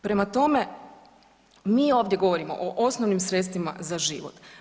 Prema tome, mi ovdje govorimo o osnovnim sredstvima za život.